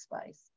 space